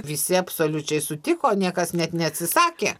visi absoliučiai sutiko niekas net neatsisakė